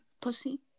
Pussy